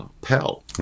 Pell